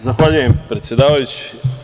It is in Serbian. Zahvaljujem predsedavajući.